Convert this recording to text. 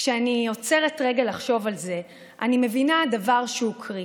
כשאני עוצרת רגע לחשוב על זה אני מבינה דבר שהוא קריטי: